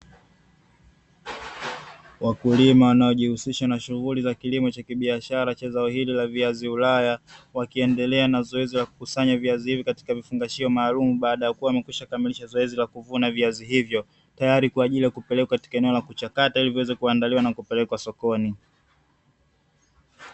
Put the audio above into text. Wakulima wanaojihusisha na shughuli za kilimo cha kibiashara cha zao hili la viazi ulaya, wakiendelea na zoezi la kukusanya viazi hivyo katika vifungashio maalumu, baada ya kuwa wamekwisha kukamilisha zoezi la kuvuna viazi hivyo, tayari kwa ajili ya kupelekwa katika eneo la kuchakata ili viweze kuandaliwa na kupelekwa sokoni.